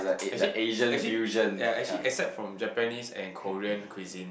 actually actually yea actually except from Japanese and Korean cuisine